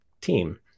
team